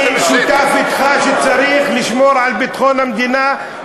אני שותף אתך שצריך לשמור על ביטחון המדינה,